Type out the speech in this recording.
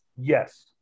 Yes